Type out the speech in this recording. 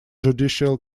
judicial